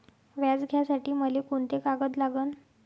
व्याज घ्यासाठी मले कोंते कागद लागन?